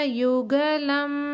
yugalam